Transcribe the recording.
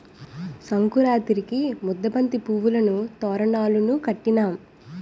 సంకురాతిరికి ముద్దబంతి పువ్వులును తోరణాలును కట్టినాం